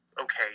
okay